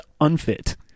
unfit